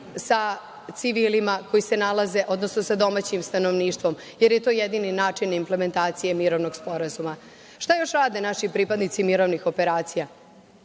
sa civilima, odnosno sa domaćim stanovništvom, jer je to jedini način implementacije mirovnog sporazuma. Šta još rade naši pripadnici mirovnih operacija?